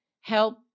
help